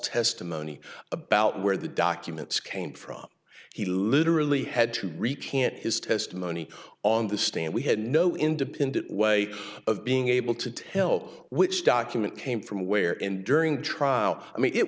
testimony about where the documents came from he literally had to recant his testimony on the stand we had no independent way of being able to tell which document came from where and during the trial i mean it